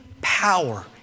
power